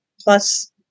plus